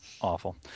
Awful